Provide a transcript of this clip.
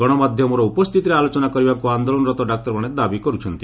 ଗଣମାଧ୍ୟମର ଉପସ୍ଥିତିରେ ଆଲୋଚନା କରିବାକୁ ଆନ୍ଦୋଳରତ ଡାକ୍ତରମାନେ ଦାବି କରୁଛନ୍ତି